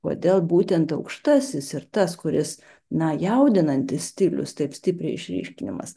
kodėl būtent aukštasis ir tas kuris na jaudinantis stilius taip stipriai išryškinimas